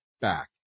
back